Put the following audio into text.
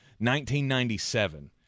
1997